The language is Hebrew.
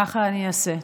ככה אני אעשה.